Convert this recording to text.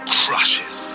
crushes